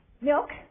Milk